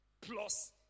plus